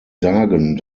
sagen